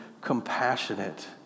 compassionate